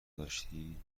داشتی